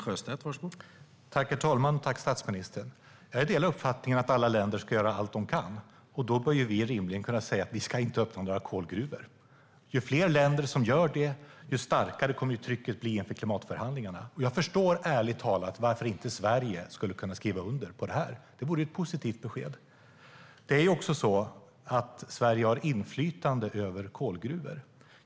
Herr talman! Tack, statsministern! Jag delar uppfattningen att alla länder ska göra allt de kan, och då bör vi rimligen kunna säga att vi inte ska öppna några kolgruvor. Ju fler länder som gör det desto starkare blir trycket inför klimatförhandlingarna. Jag förstår ärligt talat inte varför Sverige inte skulle kunna skriva under det. Det vore ett positivt besked. Sverige har inflytande över kolgruvor.